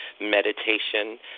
meditation